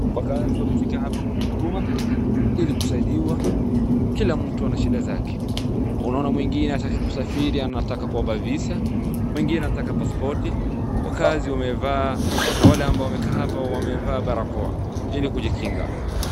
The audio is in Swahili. Wakaazi wamefika hapa kwenye huduma ili kusaidiwa kila mtu ana shida zake. Unaona mwingine hataki kusafiri anataka kuomba visa, mwingine anataka pasipoti. Wakaazi wamevaa na wale wamekaa hapa wamevaa barakoa ili kujikinga.